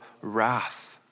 wrath